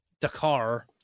dakar